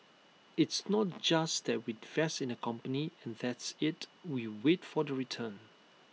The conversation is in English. it's not just that we invest in the company and that's IT we wait for the return